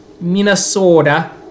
Minnesota